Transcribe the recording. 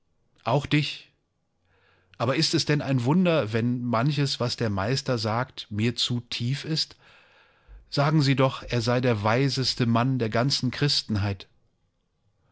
auch dich aber ist es denn ein wunder wenn manches was der meister sagt mir zu tief ist sagen sie doch er sei der weiseste mann der ganzen christenheit